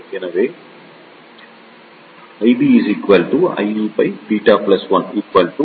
எனவே எடுத்துக்கொள்வோம்